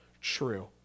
true